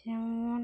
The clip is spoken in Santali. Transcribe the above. ᱡᱮᱢᱚᱱ